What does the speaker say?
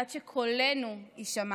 עד שקולנו יישמע.